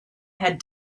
had